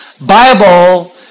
Bible